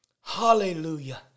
Hallelujah